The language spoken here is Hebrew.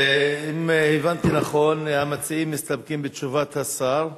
אם הבנתי נכון, המציעים מסתפקים בתשובת השר.